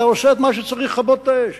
אתה עושה את מה שצריך לכבות את האש.